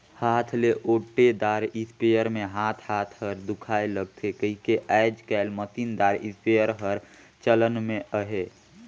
हाथ ले ओटे दार इस्पेयर मे हाथ हाथ हर दुखाए लगथे कहिके आएज काएल मसीन दार इस्पेयर हर चलन मे अहे